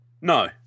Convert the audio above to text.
No